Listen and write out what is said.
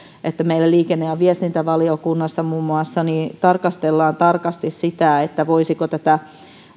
että meillä liikenne ja viestintävaliokunnassa tarkastellaan tarkasti muun muassa sitä voisiko tätä